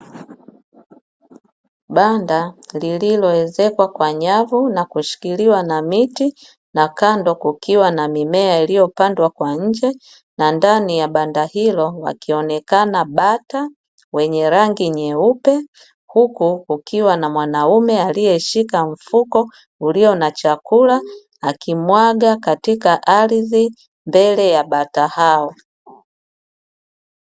Banda lililoezekwa kwa nyavu na kushikiliwa na miti na kando kukiwa na mimea iliyopandwa kwa nje na ndani ya banda hilo akionekana bata wenye rangi nyeupe, huku kukiwa na mwanaume alieshika mfuko ulio na chakula, akimwaga katika ardhi mbele ya bata hao.